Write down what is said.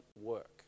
work